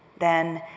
then,